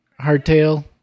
hardtail